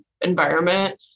environment